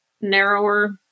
narrower